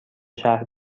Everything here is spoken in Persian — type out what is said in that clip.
شهر